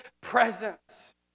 presence